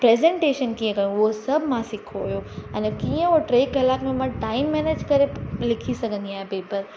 presentation कीअं कयो हो सभु मां सिखियो हुयो अने कीअं टे कलाक में मां टाइम मेनेज करे लिखी सघंदी आहियां पेपर